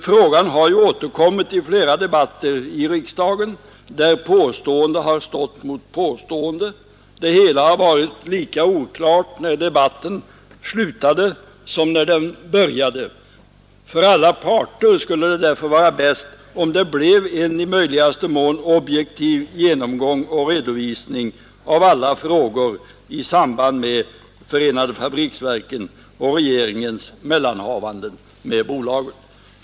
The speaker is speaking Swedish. Frågan har återkommit i flera debatter i riksdagen, där påstående har stått mot påstående. Det hela har varit lika oklart när debatten slutade som när den började. För alla parter skulle det därför vara bäst om det kunde göras en i möjligaste mån objektiv genomgång och redovisning av alla frågor som har samband med förenade fabriksverken och regeringens mellanhavanden med bolaget.